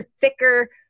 thicker